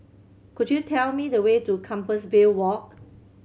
could you tell me the way to Compassvale Walk